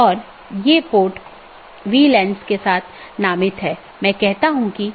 एक यह है कि कितने डोमेन को कूदने की आवश्यकता है